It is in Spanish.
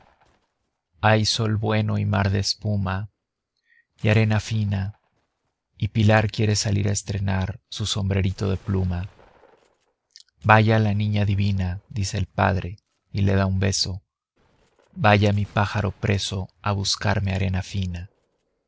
hay sol bueno y mar de espuma y arena fina y pilar quiere salir a estrenar su sombrerito de pluma vaya la niña divina dice el padre y le da un beso vaya mi pájaro preso a buscarme arena fina